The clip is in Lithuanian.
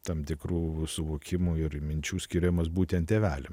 tam tikrų suvokimo ir minčių skiriamas būtent tėvelių